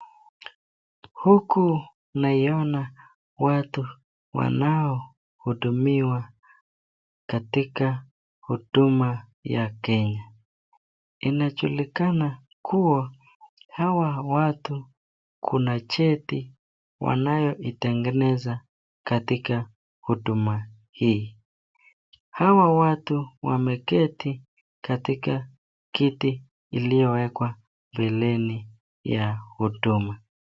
Huku naiona watu wanaohudumiwa katika huduma ya kenya. Inajulikana kuwa hawa watu kuna cheti wanayoitengeneza katika huduma hii. Hawa watu wameketi katika kiti iyowekwa mbeleni ya huduma.